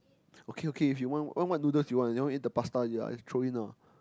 okay okay if you want what want noodles you want to eat the pasta is it just throw in ah